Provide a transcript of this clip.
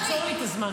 את מפריעה פה לכולם.